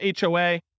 HOA